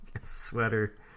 Sweater